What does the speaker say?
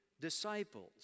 disciples